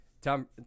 Tom